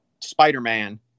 Spider-Man